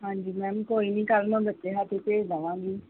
ਹਾਂਜੀ ਮੈਮ ਕੋਈ ਨਹੀਂ ਕੱਲ੍ਹ ਨੂੰ ਬੱਚੇ ਹੱਥ ਹੀ ਭੇਜ ਦੇਵਾਂਗੀ